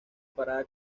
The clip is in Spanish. parada